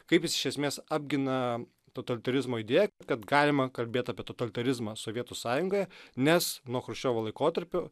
kaip jis iš esmės apgina totalitarizmo idėją kad galima kalbėti apie totalitarizmą sovietų sąjungoje nes nuo chruščiovo laikotarpio